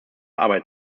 arbeit